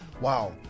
wow